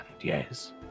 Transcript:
yes